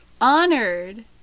Honored